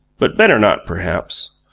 but better not, perhaps.